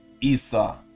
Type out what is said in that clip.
Esau